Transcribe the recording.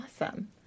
Awesome